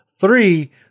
Three